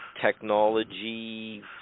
technology